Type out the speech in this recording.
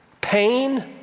pain